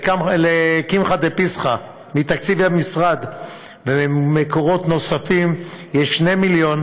ל"קמחא דפסחא" יש מתקציבי משרד ומקורות נוספים 2 מיליון